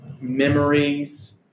memories